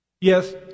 Yes